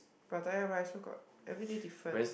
Pattaya rice also got every day different